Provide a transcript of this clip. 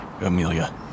Amelia